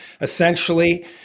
essentially